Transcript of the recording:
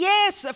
Yes